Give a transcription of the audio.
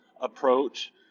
approach